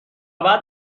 بعد